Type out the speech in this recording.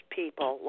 people